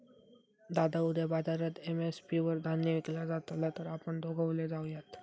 दादा उद्या बाजारात एम.एस.पी वर धान्य विकला जातला तर आपण दोघवले जाऊयात